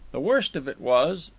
the worst of it was,